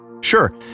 Sure